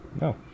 No